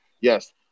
yes